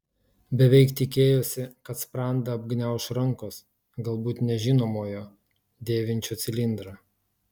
beveik tikėjosi kad sprandą apgniauš rankos galbūt nežinomojo dėvinčio cilindrą